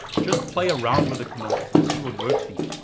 just play around with the commands and see what works for you.